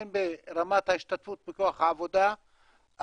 הן ברמת ההשתתפות בכוח העבודה,